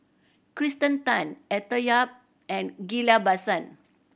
Kirsten Tan Arthur Yap and Ghillie Basan